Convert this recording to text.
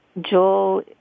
Joel